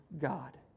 God